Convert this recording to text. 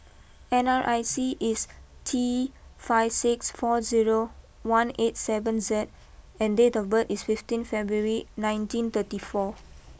N R I C is T five six four zero one eight seven Z and date of birth is fifteen February nineteen thirty four